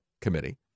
committee